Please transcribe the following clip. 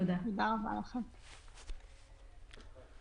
הישיבה ננעלה בשעה 12:05.